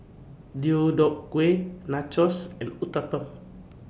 Deodeok Gui Nachos and Uthapam